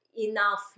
enough